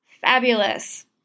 fabulous